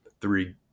three